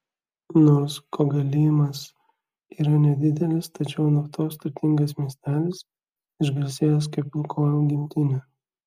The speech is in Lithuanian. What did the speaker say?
nors kogalymas yra nedidelis tačiau naftos turtingas miestelis išgarsėjęs kaip lukoil gimtinė